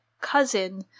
cousin